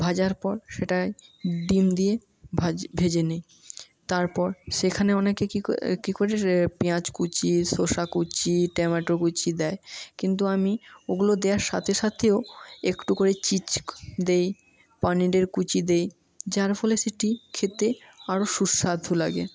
ভাজার পর সেটায় ডিম দিয়ে ভেজে নিই তারপর সেখানে অনেকে কি করে পেঁয়াজ কুচিয়ে শসা কুচি টমেটো কুচি দেয় কিন্তু আমি ওগুলো দেওয়ার সাথে সাথেও একটু করে চিজ দেই পনিরের কুচি দেই যার ফলে সেটি খেতে আরো সুস্বাদু লাগে